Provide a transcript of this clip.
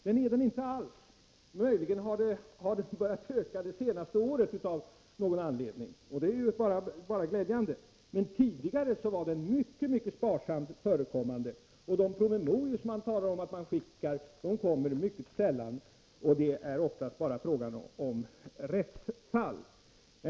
Det är den inte alls. Möjligen har den börjat öka det senaste året av någon anledning, och det är bara glädjande. Men tidigare var den mycket sparsamt förekommande. De promemorior som det talas om att man skickar kommer mycket sällan, och det är oftast bara fråga om rättsfall.